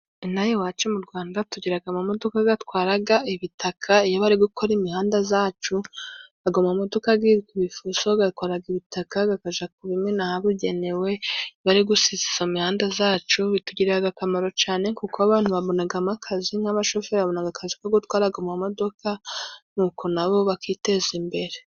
Ino aha iwacu mu Rwanda tugiraga amamodoka gatwaraga ibitaka iyo bari gukora imihanda zacu, ago mamodoka gitwa ibifuso, gatwaraga ibitaka gakaja kubimena ahabugenewe bari gusiza izo mihanda zacu, bitugirira akamaro cane kuko abantu babonagamo akazi nk'abashoferi babonaga akazi ko gutwara ago mamodoka nuko nabo bakiteza imbere.